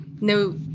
No